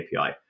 API